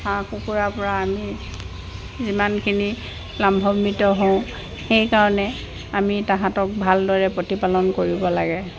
হাঁহ কুকুুৰাৰ পৰা আমি যিমানখিনি লাভম্বিত হওঁ সেইকাৰণে আমি তাহাঁতক ভালদৰে প্ৰতিপালন কৰিব লাগে